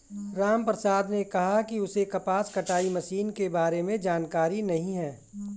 रामप्रसाद ने कहा कि उसे कपास कटाई मशीन के बारे में जानकारी नहीं है